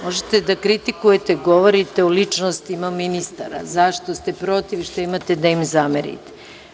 Možete da kritikujete, govorite o ličnostima ministara, zašto ste protiv i šta imate da im zamerite.